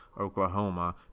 Oklahoma